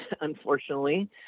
unfortunately